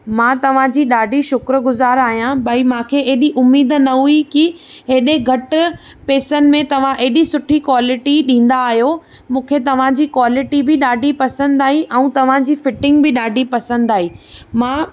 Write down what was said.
मां तव्हांजी ॾाढी शुक्रगुज़ारु आहियां भाई मूंखे एॾी उमेदु न हुई की एॾे घटि पेसनि में तव्हां एॾी सुठी क्वालिटी ॾींदा आहियो मूंखे तव्हांजी क्वालिटी बि ॾाढी पसंदि आई ऐं तव्हांजी फ़िटिंग बि ॾाढी पसंदि आई मां